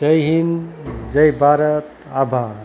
જય હિન્દ જય ભારત આભાર